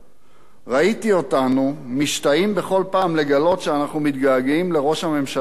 "ראיתי אותנו משתאים בכל פעם לגלות שאנחנו מתגעגעים לראש הממשלה הקודם,